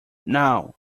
now